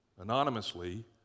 anonymously